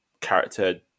character